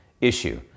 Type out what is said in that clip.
issue